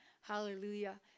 hallelujah